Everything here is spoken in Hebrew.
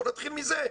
בוא נתחיל מזה.